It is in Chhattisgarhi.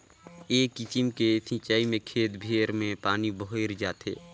ए किसिम के सिचाई में खेत भेर में पानी भयर जाथे